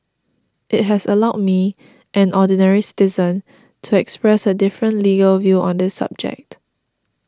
it has allowed me an ordinary citizen to express a different legal view on this subject